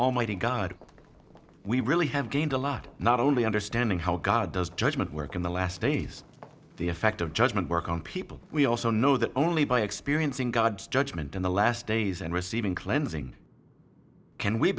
almighty god we really have gained a lot not only understanding how god does judgment work in the last days the effect of judgment work on people we also know that only by experiencing god's judgment in the last days and receiving cleansing can we